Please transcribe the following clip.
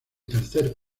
tercer